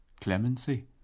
Clemency